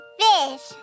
fish